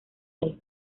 life